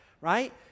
right